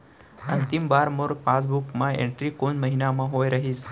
अंतिम बार मोर पासबुक मा एंट्री कोन महीना म होय रहिस?